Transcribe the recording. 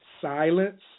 silence